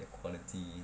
equality